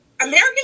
American